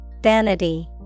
Vanity